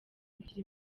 kugira